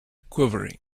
quivering